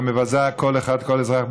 המבזה כל אחד, כל אזרח בישראל,